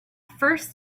first